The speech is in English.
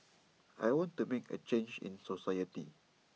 I want to make A change in society